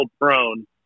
prone